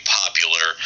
popular